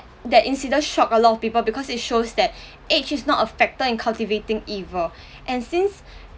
that incident shocked a lot of people because it shows that age is not a factor in cultivating evil and since